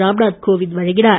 ராம்நாத் கோவிந்த் வழங்கினார்